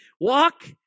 Walk